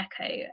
echo